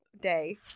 day